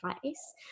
place